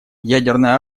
ядерное